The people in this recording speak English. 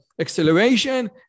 acceleration